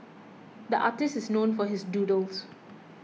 the artist is known for his doodles